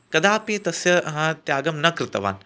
कदापि तस्य हा त्यागं न कृतवान्